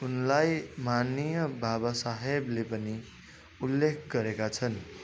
उनलाई माननीय बाबा साहबले पनि उल्लेख गरेका छन्